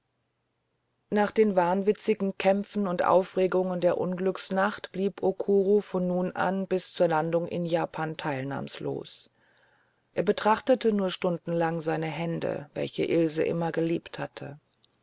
nach den wahnwitzigen kämpfen und aufregungen der unglücksnacht blieb okuro von nun an bis zur landung in japan teilnahmlos er betrachtete nur stundenlang seine hände welche ilse immer geliebt hatte